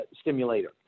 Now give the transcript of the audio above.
stimulator